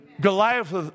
Goliath